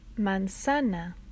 Manzana